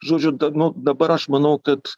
žodžiu nu dabar aš manau kad